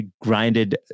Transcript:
grinded